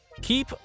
keep